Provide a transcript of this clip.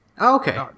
Okay